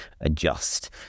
adjust